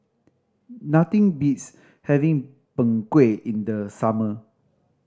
nothing beats having Png Kueh in the summer